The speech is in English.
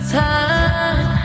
time